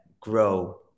grow